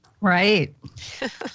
Right